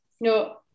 No